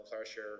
pressure